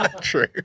True